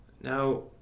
Now